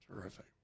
terrific